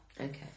Okay